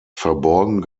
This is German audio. verborgen